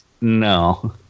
No